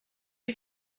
had